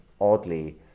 oddly